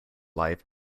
life